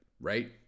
right